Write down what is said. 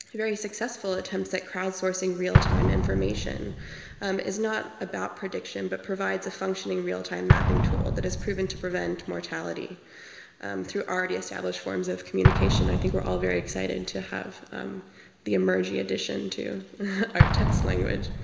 very successful attempts at crowdsourcing real time information is not about prediction, but provides a functioning real time mapping tool that has proven to prevent mortality through already established forms of communication. i think we're all very excited to have the emerji addition to our text language.